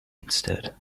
instead